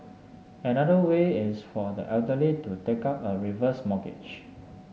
another way is for the elderly to take up a reverse mortgage